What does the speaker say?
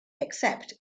except